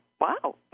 Wow